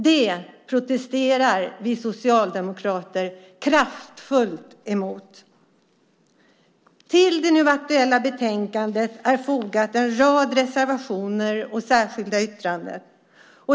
Det protesterar vi socialdemokrater kraftfullt emot. Till det nu aktuella betänkandet är fogat en rad reservationer och särskilda yttranden.